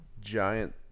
giant